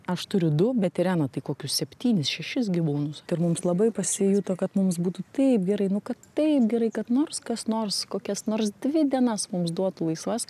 aš turiu du bet irena tai kokius septynis šešis gyvūnus ir mums labai pasijuto kad mums būtų taip gerai nu kad taip gerai kad nors kas nors kokias nors dvi dienas mums duotų laisvas